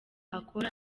akora